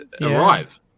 arrive